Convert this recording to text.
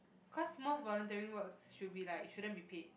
cause most volunteering work should be like shouldn't be paid